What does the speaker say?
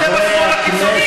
אתם השמאל הקיצוני.